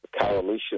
coalition